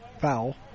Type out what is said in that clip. foul